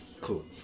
cool